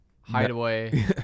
hideaway